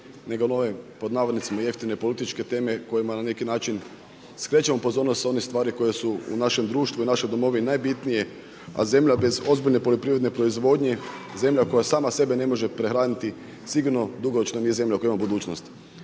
nego na ovim, pod navodnicima jeftine političke teme kojima na neki način skrećemo pozornost sa onih stvari koje su u našem društvu i našoj domovini najbitnije. A zemlja bez ozbiljne poljoprivredne proizvodnje, zemlja koja sama sebe ne može prehraniti sigurno dugoročno nije zemlja koja ima budućnost.